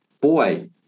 boy